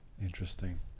Interesting